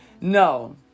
No